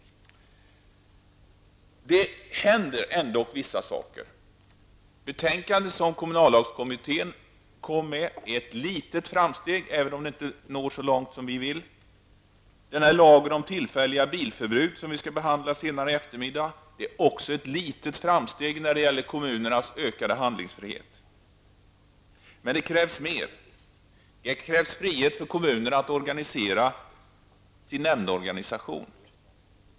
Det händer ändå vissa saker. Det betänkande som kommunallagskommittén kom med är ett litet framsteg, även om det inte når så långt som vi vill. Lagen om tillfälliga bilförbud som vi skall behandla senare i eftermiddag är också ett litet framsteg när det gäller kommunernas ökade handlingsfrihet. Men det krävs mer. Det krävs frihet för kommunerna att organisera sin nämndorganisation.